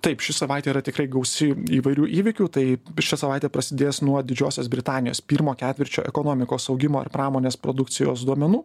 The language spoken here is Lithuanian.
taip ši savaitė yra tikrai gausi įvairių įvykių tai šią savaitę prasidės nuo didžiosios britanijos pirmo ketvirčio ekonomikos augimo ir pramonės produkcijos duomenų